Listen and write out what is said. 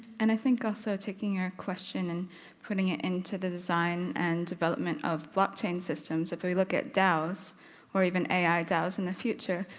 and i think also ah so taking your question and putting it into the design and development of blockchain systems. if we look at daos or even ai daos in the future,